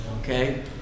okay